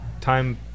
time